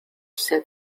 said